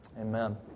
Amen